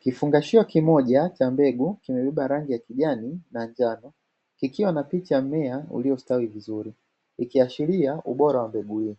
Kifungashio kimoja cha mbegu kimebeba rangi ya kijani na njano, kikiwa na picha ya mmea uliositawi vizuri, ikiashiria ubora wa mbegu hiyo.